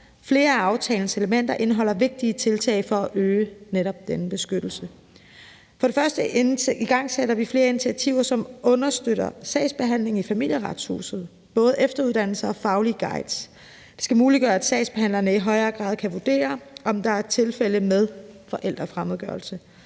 Flere af aftalens elementer indholder vigtige tiltag for at øge netop denne beskyttelse. For det første igangsætter vi flere initiativer, som understøtter sagsbehandlingen i Familieretshuset, i form af både efteruddannelse og faglige guides. Det skal muliggøre, at sagsbehandlerne i højere grad kan vurdere, om der er tilfælde af forældrefremmedgørelse.